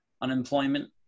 unemployment